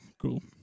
cool